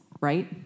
right